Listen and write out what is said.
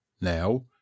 now